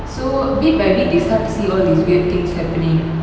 so bit by bit they start to see all these weird things happening